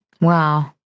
Wow